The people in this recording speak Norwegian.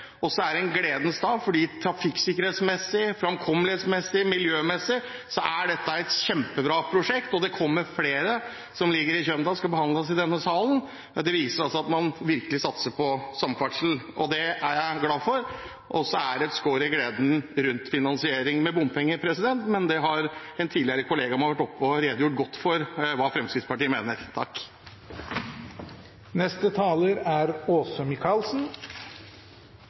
og så er det en gledens dag fordi trafikksikkerhetsmessig, framkommelighetsmessig og miljømessig er dette et kjempebra prosjekt. Det er flere som ligger i kjømda og som skal behandles i denne salen. Det viser altså at man virkelig satser på samferdsel. Det er jeg glad for. Og så er det et skår i gleden rundt finansieringen med bompenger, men en tidligere kollega av meg har vært oppe og redegjort godt for hva Fremskrittspartiet mener